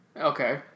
Okay